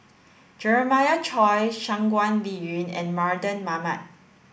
Jeremiah Choy Shangguan Liuyun and Mardan Mamat